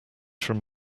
from